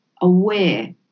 aware